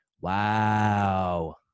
Wow